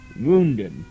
Wounded